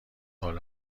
حال